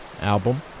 album